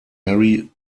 mary